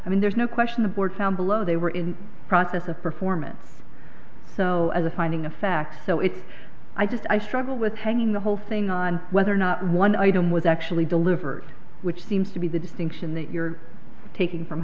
i mean there's no question the board found below they were in the process of performance so as a finding of fact so it's i just i struggle with hanging the whole thing on whether or not one item was actually delivered which seems to be the distinction that you're taking from